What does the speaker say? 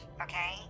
Okay